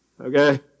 okay